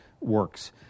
works